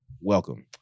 welcome